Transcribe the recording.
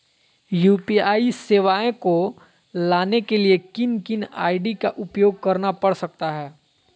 UPI सेवाएं को लाने के लिए किन किन आई.डी का उपयोग करना पड़ सकता है?